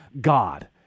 God